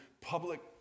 public